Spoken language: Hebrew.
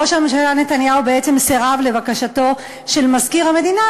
ראש הממשלה נתניהו בעצם סירב לבקשתו של מזכיר המדינה,